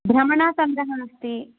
भ्रमणासन्दः अस्ति